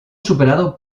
superado